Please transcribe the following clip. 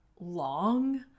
long